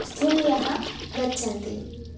स्थौल्यं गच्छति